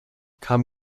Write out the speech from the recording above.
kam